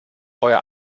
euer